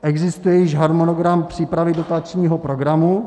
Existuje již harmonogram přípravy dotačního programu?